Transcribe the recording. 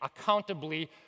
accountably